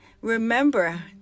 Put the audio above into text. remember